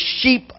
sheep